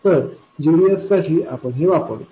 तर gdsसाठी आपण हे वापरतो